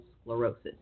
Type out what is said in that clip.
sclerosis